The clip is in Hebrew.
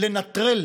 לנטרל